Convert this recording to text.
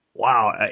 Wow